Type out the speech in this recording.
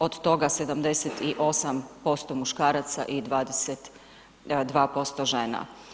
Od toga 78% muškaraca i 22% žena.